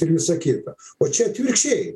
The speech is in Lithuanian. ir visa kita o čia atvirkščiai